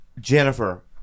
Jennifer